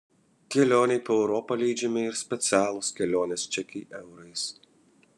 kelionei po europą leidžiami ir specialūs kelionės čekiai eurais